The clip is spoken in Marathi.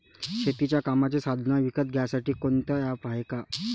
शेतीच्या कामाचे साधनं विकत घ्यासाठी कोनतं ॲप हाये का?